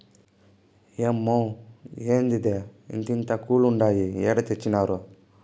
ఏమ్మే, ఏందిదే ఇంతింతాకులుండాయి ఏడ తెచ్చినారు